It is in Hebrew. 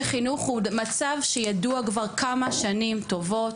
חינוך הוא מצב שידוע כבר כמה שנים טובות.